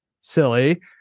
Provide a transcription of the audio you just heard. silly